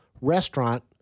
restaurant